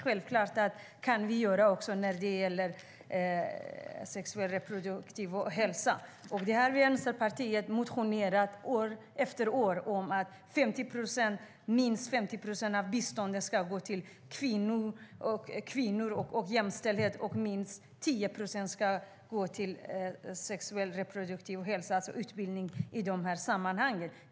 Självklart kan vi göra mycket också när det gäller sexuell och reproduktiv hälsa. Vänsterpartiet har år efter år motionerat om att minst 50 procent av biståndet ska gå till kvinnor och jämställdhet och minst 10 procent till sexuell och reproduktiv hälsa, alltså till utbildning om sådant.